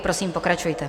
Prosím, pokračujte.